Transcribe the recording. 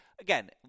again